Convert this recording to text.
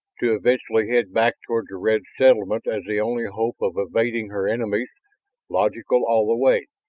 to eventually head back toward the red settlement as the only hope of evading her enemies logical all the way!